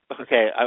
Okay